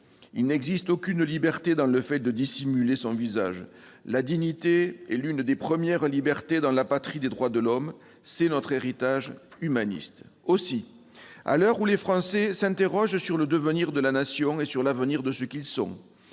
Il n'existe aucune liberté dans le fait de dissimuler son visage. La dignité est l'une des premières libertés dans la patrie des droits de l'homme ; c'est notre héritage humaniste. Aussi, à l'heure où les Français s'interrogent sur le devenir de la Nation et sur l'avenir de ce qu'ils sont,